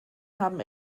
haben